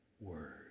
word